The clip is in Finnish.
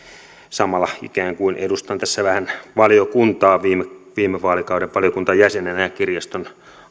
samalla ikään kuin edustan tässä vähän valiokuntaa viime viime vaalikauden valiokuntajäsenenä ja kirjaston